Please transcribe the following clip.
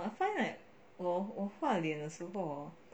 I find like 我画脸的时候 hor